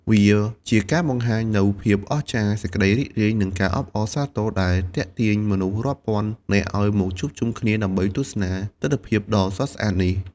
វាជាការបង្ហាញនូវភាពអស្ចារ្យ សេចក្តីរីករាយ និងការអបអរសាទរ ដែលទាក់ទាញមនុស្សរាប់ពាន់នាក់ឲ្យមកជួបជុំគ្នាដើម្បីទស្សនាទិដ្ឋភាពដ៏ស្រស់ស្អាតនេះ។